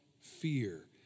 fear